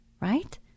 right